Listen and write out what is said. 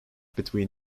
between